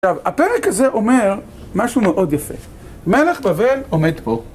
עכשיו, הפרק הזה אומר משהו מאוד יפה. מלך בבל עומד פה.